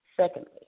Secondly